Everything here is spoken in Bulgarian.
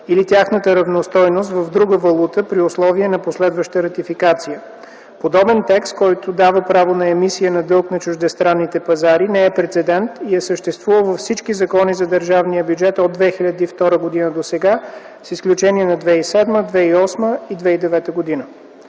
или тяхната равностойност в друга валута, при условие на последваща ратификация. Подобен текст, който дава право на емисия на дълг на чуждестранните пазари, не е прецедент и е съществувал във всички закони за държавния бюджет от 2002 г. досега с изключение на 2007, 2008 и 2009 г.